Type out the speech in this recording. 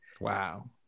Wow